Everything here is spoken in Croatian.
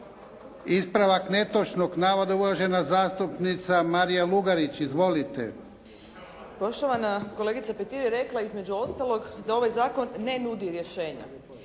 Ispravak netočnog navoda uvažena zastupnica Marija Lugarić. Izvolite. **Lugarić, Marija (SDP)** Poštovana kolegica Petir je rekla između ostalog da ovaj zakon ne nudi rješenja.